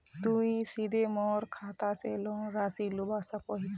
तुई सीधे मोर खाता से लोन राशि लुबा सकोहिस?